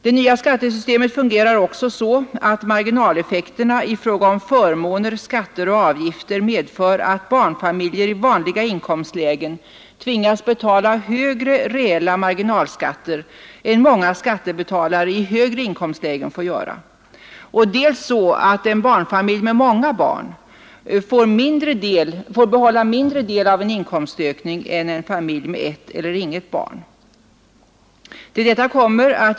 Det nya skattesystemet fungerar alltså dels så att marginaleffekterna i fråga om förmåner, skatter och avgifter medför att barnfamiljer i vanliga inkomstlägen tvingas betala högre reella marginalskatter än många skattebetalare i högre inkomstlägen får göra, dels så att en barnfamilj med många barn får behålla en mindre del av en inkomstökning än en familj med ett eller inget barn.